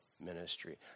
ministry